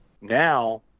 Now